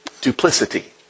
duplicity